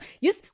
Yes